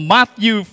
Matthew